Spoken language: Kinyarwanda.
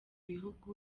bihugu